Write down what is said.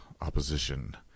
opposition